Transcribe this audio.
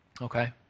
okay